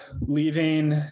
leaving